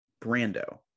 Brando